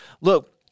look